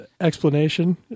explanation